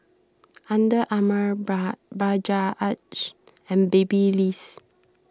Under Armour Bajaj and Babyliss